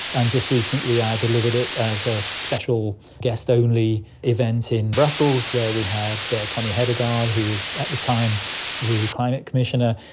and just recently i delivered it as a special guest-only event in brussels where we had connie hedegaard who was at the time the climate commissioner,